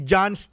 John